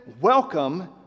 welcome